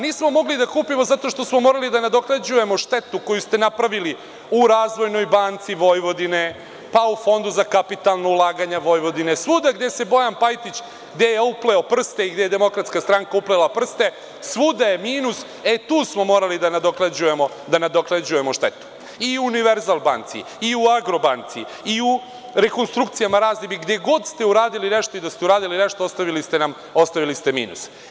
Nismo mogli da kupimo zato što smo morali da nadoknađujemo štetu koju ste napravili u Razvojnoj banci Vojvodine, pa u Fondu za kapitalna ulaganja Vojvodine, svuda gde jeBojan Pajtić upleo prste i gde je DS uplela prste, svuda je minus, e tu smo morali da nadoknađujemo štetu i Univerzal banci i u Agrobanci i u rekonstrukcijama raznim i gde god ste uradili nešto i da ste uradili nešto ostavili ste minus.